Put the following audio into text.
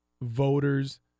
voters